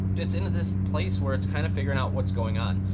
it's in this place where it's kinda figuring out what's going on.